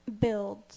build